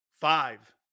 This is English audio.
five